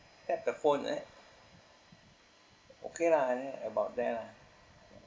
tap the phone eh okay lah I think about there lah